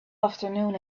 afternoon